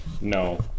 No